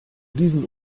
diesen